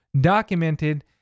documented